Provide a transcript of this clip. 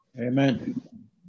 Amen